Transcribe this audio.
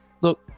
look